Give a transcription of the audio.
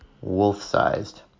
wolf-sized